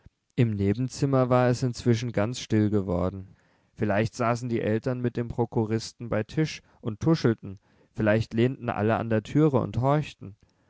im nebenzimmer war es inzwischen ganz still geworden vielleicht saßen die eltern mit dem prokuristen beim tisch und tuschelten vielleicht lehnten alle an der türe und horchten